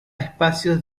espacios